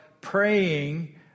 praying